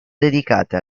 dedicate